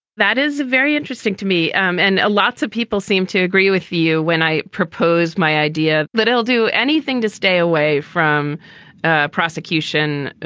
that is very interesting to me, um and lots of people seem to agree with you when i proposed my idea that it will do anything to stay away from ah prosecution,